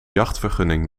jachtvergunning